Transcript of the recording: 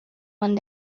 one